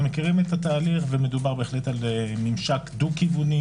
אנחנו מכירים את התהליך ומדובר בממשק דו-כיווני.